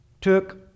Took